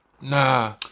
Nah